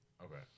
Okay